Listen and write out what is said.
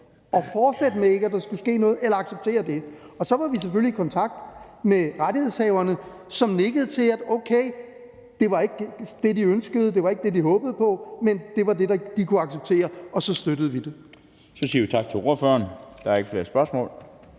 og fortsætte med, at der ikke skulle ske noget, eller at acceptere det. Og så var vi selvfølgelig i kontakt med rettighedshaverne, som nikkede til, at okay, det var ikke det, de ønskede, og det var ikke det, de håbede på, men det var det, de kunne acceptere, og så støttede vi det. Kl. 15:59 Den fg. formand (Bent Bøgsted):